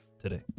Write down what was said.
today